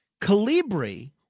Calibri